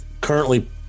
currently